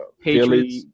Patriots